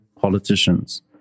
politicians